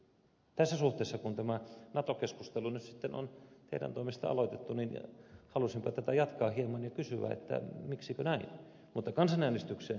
tässä suhteessa kun tämä nato keskustelu nyt sitten on teidän toimestanne aloitettu halusinpa tätä jatkaa hieman ja kysyä miksikö näin